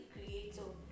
Creator